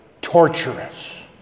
torturous